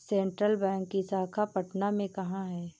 Central bank की शाखा पटना में कहाँ है?